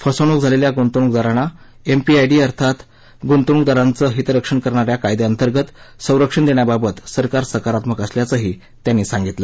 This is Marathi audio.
फसवणूक झालेल्या गुंतवणूकदारांना एमपीआयडी अर्थात गुंतवणूकदारांचं हितरक्षण करणाऱ्या कायद्याअंतर्गत संरक्षण देण्याबाबत सरकार सकारात्मक असल्याचं त्यांनी सांगितलं